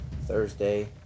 Thursday